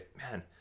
man